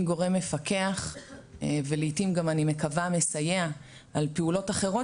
גורם מפקח ולעתים גם אני מקווה מסייע על פעולות אחרות